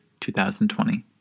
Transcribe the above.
2020